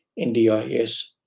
NDIS